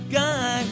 guy